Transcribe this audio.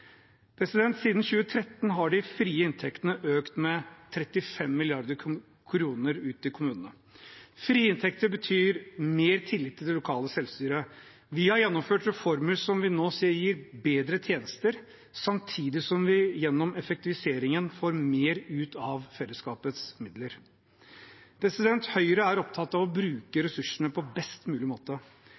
Siden 2013 har de frie inntektene til kommunene økt med 35 mrd. kr. Frie inntekter betyr mer tillit til det lokale selvstyret. Vi har gjennomført reformer som vi nå ser gir bedre tjenester, samtidig som vi gjennom effektiviseringen får mer ut av fellesskapets midler. Høyre er opptatt av å bruke ressursene på best mulig måte.